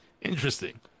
Interesting